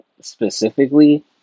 specifically